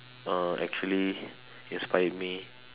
uh actually inspired me